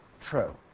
true